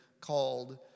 called